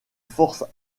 forces